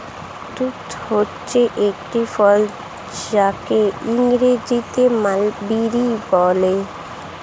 তুঁত হচ্ছে একটি ফল যাকে ইংরেজিতে মালবেরি বলে